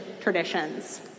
traditions